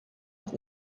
auch